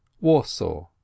Warsaw